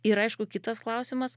ir aišku kitas klausimas